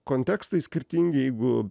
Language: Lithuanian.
kontekstai skirtingi jeigu